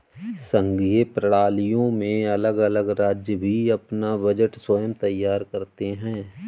संघीय प्रणालियों में अलग अलग राज्य भी अपना बजट स्वयं तैयार करते हैं